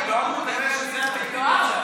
כנראה שזה התקדים מעכשיו,